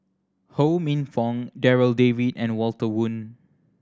Ho Minfong Darryl David and Walter Woon